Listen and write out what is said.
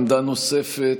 עמדה נוספת.